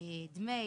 הוא יכול לעלות בזום.